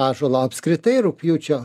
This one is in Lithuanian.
ąžuolą apskritai rugpjūčio